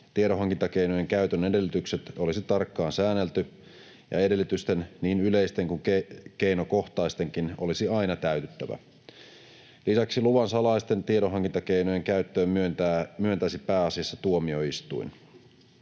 Tiedonhankintakeinojen käytön edellytykset olisi tarkkaan säännelty, ja edellytysten, niin yleisten kuin keinokohtaistenkin, olisi aina täytyttävä. Lisäksi luvan salaisten tiedonhankintakeinojen käyttöön myöntäisi pääasiassa tuomioistuin.